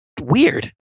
weird